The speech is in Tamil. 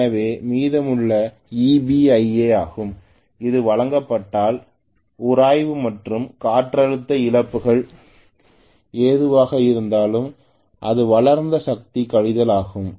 எனவே மீதமுள்ளவைEbIa ஆகும் இது வழங்கப்பட்டால் உராய்வு மற்றும் காற்றழுத்த இழப்புகள் எதுவாக இருந்தாலும் அது வளர்ந்த சக்தி கழித்தல் ஆகும்